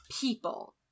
people